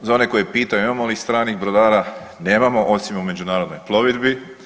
Za one koji pitaju imamo li stranih brodara, nemam, osim u međunarodnoj plovidbi.